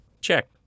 Check